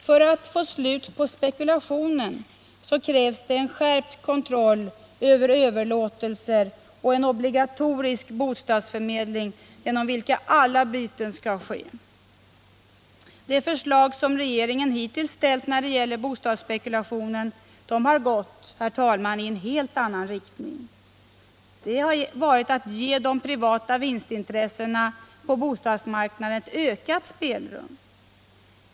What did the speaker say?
För att få slut på spekulationen krävs skärpt kontroll över överlåtelser och en obligatorisk bostadsförmedling, genom vilken alla byten skall ske. De förslag som regeringen hittills ställt när det gäller bostadsspekulationen har gått i en helt annan riktning — att ge de privata vinstintressena på bostadsmarknaden ökat spelrum.